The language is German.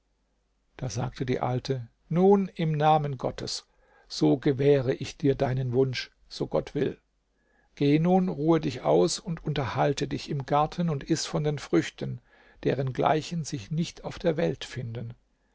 da sagte die alte nun im namen gottes so gewähre ich dir deinen wunsch so gott will geh nun ruhe dich aus unterhalte dich im garten und iß von den früchten derengleichen sich nicht auf der welt finden